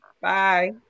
Bye